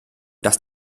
dass